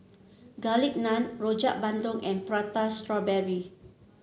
Garlic Naan Rojak Bandung and Prata Strawberry